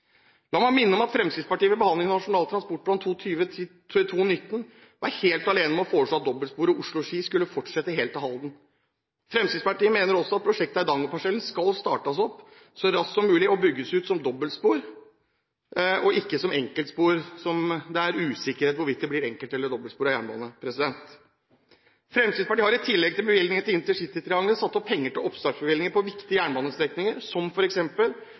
La meg minne om at Fremskrittspartiet ved behandlingen av Nasjonal transportplan 2010–2019 var helt alene om å foreslå at dobbeltsporet Oslo–Ski skulle fortsette helt til Halden. Fremskrittspartiet mener også at prosjektet Eidangerparsellen skal startes opp så raskt som mulig og bygges ut som dobbeltspor og ikke som enkeltspor – det er usikkerhet om hvorvidt det blir enkelt- eller dobbeltsporet jernbane. Fremskrittspartiet har i tillegg til bevilgningene til intercitytriangelet satt av penger til oppstartsbevilgninger på viktige jernbanestrekninger, som